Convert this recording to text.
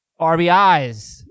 RBIs